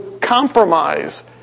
compromise